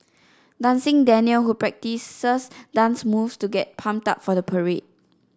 dancing Daniel who practices dance moves to get pumped up for the parade